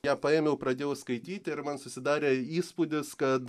ją paėmiau pradėjau skaityti ir man susidarė įspūdis kad